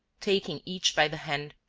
taking each by the hand,